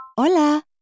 Hola